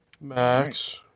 Max